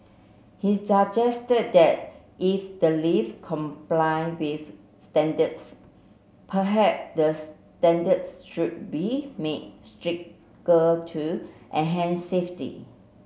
he suggested that if the lift complied with standards the standards should be made stricter to enhance safety